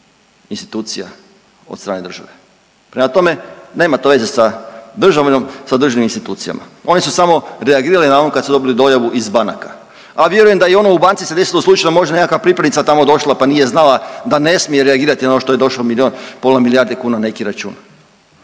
institucija od strane države. Prema tome nema to veze sa državom i sa državnim institucijama, one su samo reagirale na ono kad su dobile dojavu iz banaka, a vjerujem da i ono u banci se desilo slučajno, možda nekakva pripravnica tamo došla pa nije znala da ne smije reagirati na ono što je došlo milijun, pola milijarde kuna na neki račun